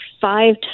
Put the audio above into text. five